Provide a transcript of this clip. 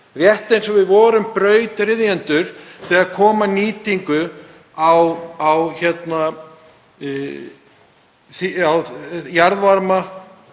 rétt eins og við vorum brautryðjendur þegar kom að nýtingu á jarðvarma.